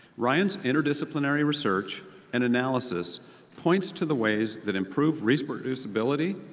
ryan's interdisciplinary research and analysis points to the ways that improve reproducibility,